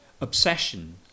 obsession